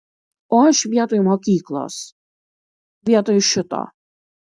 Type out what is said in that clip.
o aš vietoj mokyklos vietoj šito